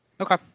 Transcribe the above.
Okay